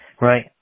right